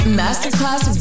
masterclass